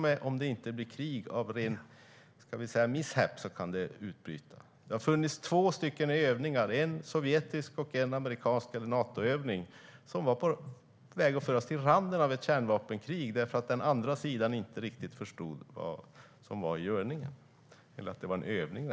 Om det inte blir krig kan det ändå utbryta av ren mishap. Det har genomförts två övningar, en sovjetisk och en amerikansk Natoövning som var på väg att föras till randen av ett kärnvapenkrig därför att den andra sidan inte riktigt förstod vad som var i görningen, att det var en övning.